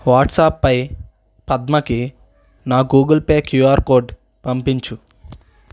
వాట్సాప్పై పద్మకి నా Google Pay QR code పంపించు